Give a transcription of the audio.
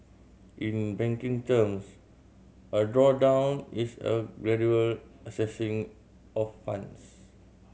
in banking terms a drawdown is a gradual accessing of funds